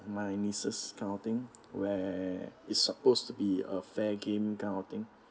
my nieces kind of thing where it's supposed to be a fair game kind of thing